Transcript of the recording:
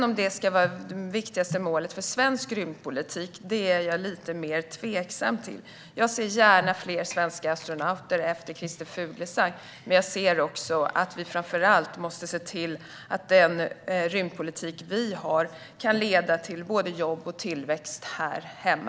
Om det ska vara det viktigaste målet för svensk rymdpolitik är jag dock lite mer tveksam till. Jag ser gärna fler svenska astronauter efter Christer Fuglesang. Men jag anser att vi framför allt måste se till att den rymdpolitik vi har kan leda till både jobb och tillväxt här hemma.